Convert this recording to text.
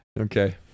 Okay